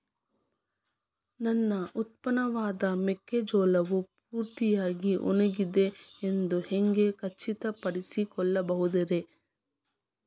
ನನ್ನ ಉತ್ಪನ್ನವಾದ ಮೆಕ್ಕೆಜೋಳವು ಪೂರ್ತಿಯಾಗಿ ಒಣಗಿದೆ ಎಂದು ಹ್ಯಾಂಗ ಖಚಿತ ಪಡಿಸಿಕೊಳ್ಳಬಹುದರೇ?